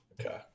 Okay